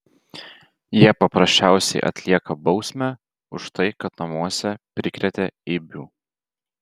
jie paprasčiausiai atlieka bausmę už tai kad namuose prikrėtę eibių